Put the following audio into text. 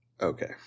Okay